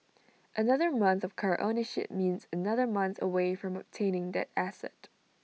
another month of car ownership means another month away from obtaining that asset